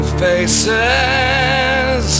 faces